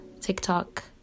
TikTok